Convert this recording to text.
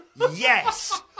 Yes